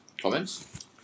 Comments